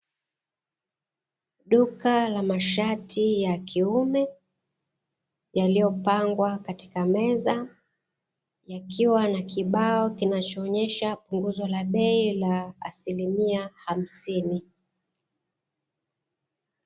Duka la mashati ya kiume yaliyopangwa katika meza ikiwa na kibao kinachoonyesha puguzo la bei la asilimia hamsini.